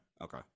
okay